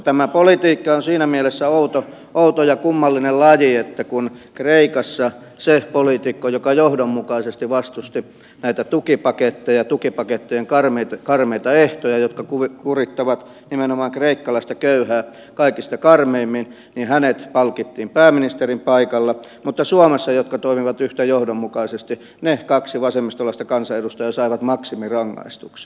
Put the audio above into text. tämä politiikka on siinä mielessä outo ja kummallinen laji että kreikassa se politiikko joka johdonmukaisesti vastusti näitä tukipaketteja ja tukipakettien karmeita ehtoja jotka kurittavat nimenomaan kreikkalaista köyhää kaikista karmeimmin palkittiin pääministerin paikalla mutta suomessa ne jotka toimivat yhtä johdonmukaisesti ne kaksi vasemmistolaista kansanedustajaa saivat maksimirangaistuksen